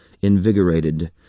invigorated